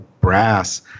brass